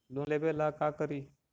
Loan लेबे ला का करि?